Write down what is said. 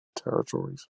territories